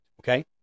okay